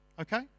Okay